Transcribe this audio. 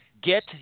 Get